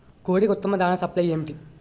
కోడికి ఉత్తమ దాణ సప్లై ఏమిటి?